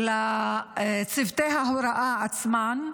לצוותי ההוראה עצמם,